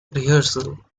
rehearsal